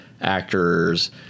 actors